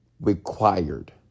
required